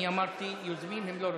אני אמרתי: יוזמים, הם לא רוצים.